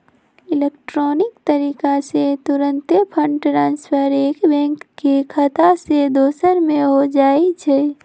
electronic तरीका से तूरंते फंड ट्रांसफर एक बैंक के खता से दोसर में हो जाइ छइ